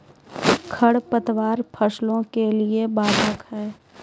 खडपतवार फसलों के लिए बाधक हैं?